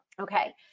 Okay